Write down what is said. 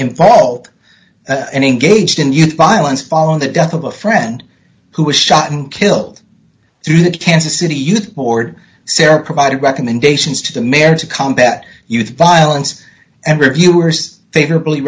involved and engaged in youth violence following the death of a friend who was shot and killed through that kansas city youth board sarah provided recommendations to the mayor to combat youth violence and reviewers favorably